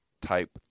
type